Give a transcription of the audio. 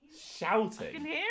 shouting